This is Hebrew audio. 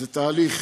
זה תהליך